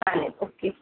चालेल ओके